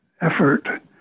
effort